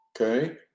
okay